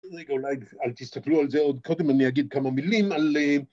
רגע, אולי אל תסתכלו על זה עוד קודם, אני אגיד כמה מילים על...